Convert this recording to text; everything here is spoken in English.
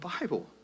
Bible